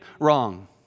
wrong